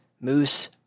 Moose